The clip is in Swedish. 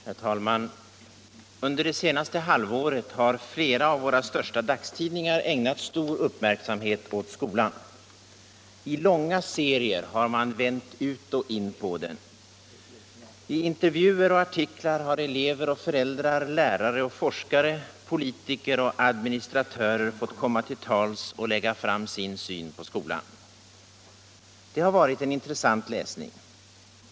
Herr talman! Under det senaste halvåret har flera av våra största dagstidningar ägnat stor uppmärksamhet åt skolan. I långa serier har man vänt ut och in på den. I intervjuer och artiklar har elever och föräldrar, lärare och forskare, politiker och administratörer fått komma till tals och lägga fram sin syn på skolan. Det har varit en intressant läsning.